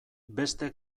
beste